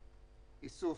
איסוף,